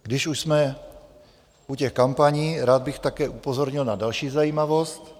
Když už jsme u těch kampaní, rád bych také upozornil na další zajímavost.